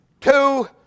two